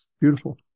Beautiful